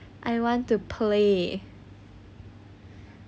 I want to play